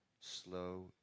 slow